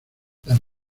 las